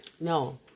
no